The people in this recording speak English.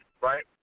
right